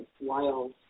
wild